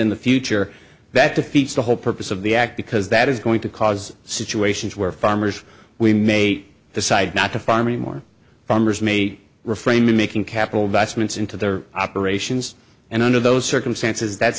in the future that defeats the whole purpose of the act because that is going to cause situations where farmers we made the site not to farm anymore farmers made reframing making capital investments into their operations and under those circumstances that's